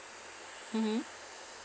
mmhmm